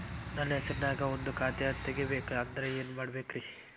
ನನ್ನ ಹೆಸರನ್ಯಾಗ ಒಂದು ಖಾತೆ ತೆಗಿಬೇಕ ಅಂದ್ರ ಏನ್ ಮಾಡಬೇಕ್ರಿ?